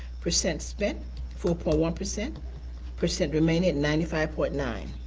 percent spent four point one. percent percent remaining at ninety five point nine.